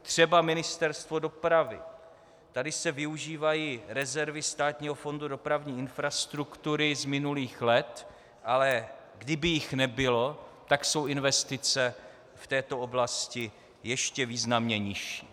Třeba Ministerstvo dopravy tady se využívají rezervy Státního fondu dopravní infrastruktury z minulých let, ale kdyby jich nebylo, tak jsou investice v této oblasti ještě významně nižší.